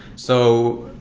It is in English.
so,